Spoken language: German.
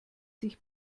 sich